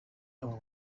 abo